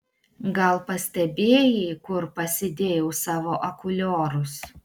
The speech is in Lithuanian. gal pastebėjai kur pasidėjau savo akuliorus